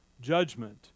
Judgment